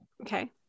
okay